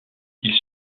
ils